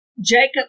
Jacob